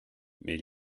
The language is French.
mais